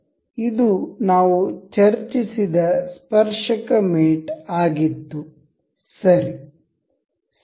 ಇದು ನಾವು ಚರ್ಚಿಸಿದ ಸ್ಪರ್ಶಕ ಮೇಟ್ ಆಗಿತ್ತು ಸರಿ ಸರಿ